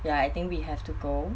ya I think we have to go